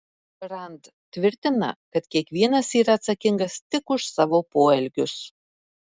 rand tvirtina kad kiekvienas yra atsakingas tik už savo poelgius